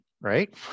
right